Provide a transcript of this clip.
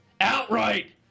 Outright